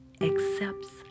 accepts